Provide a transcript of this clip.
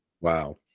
Wow